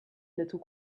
little